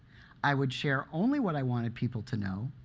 i would share only what i wanted people to know,